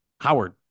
Howard